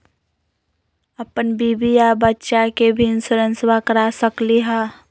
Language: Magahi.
अपन बीबी आ बच्चा के भी इंसोरेंसबा करा सकली हय?